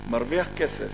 מרוויח כסף,